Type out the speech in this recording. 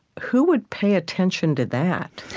who would pay attention to that?